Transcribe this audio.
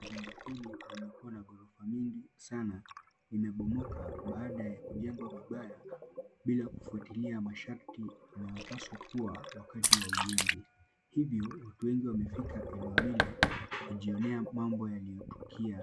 Jumba hili lililokuwa na ghorofa mingi sana limebomoka baada ya kujengwa vibaya bila kufuatilia masharti yanayopaswa kuwa wakati wa ujenzi. Hivyo watu wengi wamefika eneo lile kujionea mambo yaliyotukia.